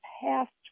past